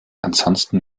ansonsten